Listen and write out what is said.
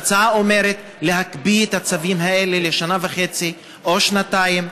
ההצעה אומרת להקפיא את הצווים האלה לשנה וחצי או שנתיים,